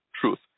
truth